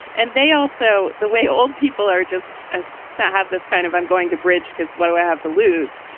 and they also, the way old people are, just ah so have this kind of i'm going to bridge because what do i have to lose?